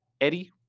Eddie